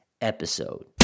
episode